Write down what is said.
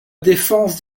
défense